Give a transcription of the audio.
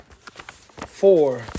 four